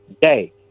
day